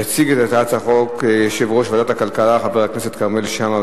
יציג את הצעת החוק יושב-ראש ועדת הכלכלה חבר הכנסת כרמל שאמה.